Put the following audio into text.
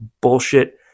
bullshit